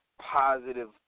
positive